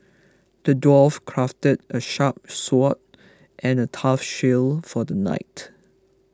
the dwarf crafted a sharp sword and a tough shield for the knight